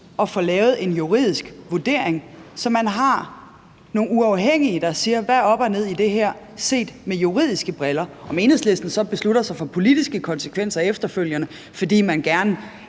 at få lavet en juridisk vurdering, så man har nogle uafhængige personer, der siger, hvad der er op og ned i det her set med juridiske briller. Så må vi se, om Enhedslisten beslutter sig for politiske konsekvenser efterfølgende, fordi man gerne